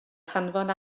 hanfon